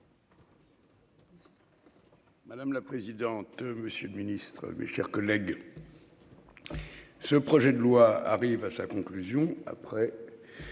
Madame la présidente. Monsieur le Ministre, mes chers collègues. Ce projet de loi arrive à sa conclusion après.